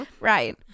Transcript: right